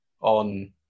on